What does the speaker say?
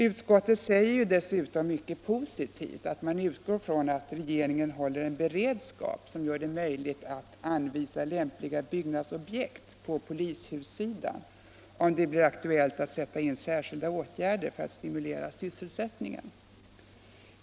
Utskottet säger dessutom mycket positivt att man utgår från att regeringen håller en beredskap, som gör det möjligt att anvisa lämpliga byggnadsobjekt på polishussidan, om det blir aktuellt att sätta in särskilda åtgärder för att stimulera sysselsättningen.